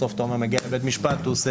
בסוף אתה אומר שזה מגיע לבית משפט והוא עושה